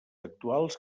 actuals